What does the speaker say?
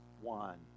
one